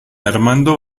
armando